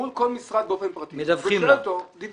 מול כל משרד באופן פרטי, ומבקשת דיווח.